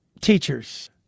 teachers